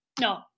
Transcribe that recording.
No